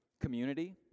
community